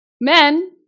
men